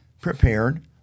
prepared